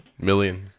million